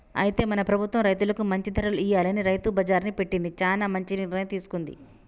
అయితే మన ప్రభుత్వం రైతులకు మంచి ధరలు ఇయ్యాలని రైతు బజార్ని పెట్టింది చానా మంచి నిర్ణయం తీసుకుంది